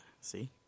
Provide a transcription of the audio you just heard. See